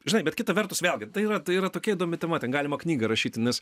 žinai bet kita vertus vėlgi tai yra tai yra tokia įdomi tema ten galima knygą rašyti nes